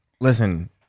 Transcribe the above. listen